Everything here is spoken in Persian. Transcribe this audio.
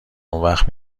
اونوقت